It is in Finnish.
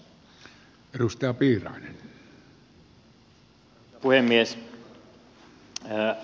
arvoisa puhemies